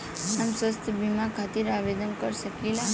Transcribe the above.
हम स्वास्थ्य बीमा खातिर आवेदन कर सकीला?